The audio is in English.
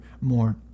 more